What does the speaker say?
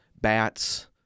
bats